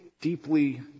deeply